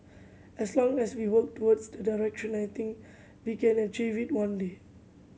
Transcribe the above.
as long as we work towards that direction I think we can achieve it one day